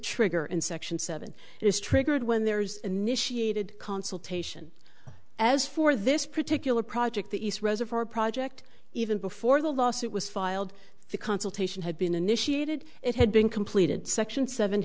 trigger and section seven is triggered when there's initiated consultation as for this particular project the east reservoir project even before the lawsuit was filed the consultation had been initiated it had been completed section seven